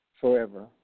forever